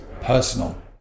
personal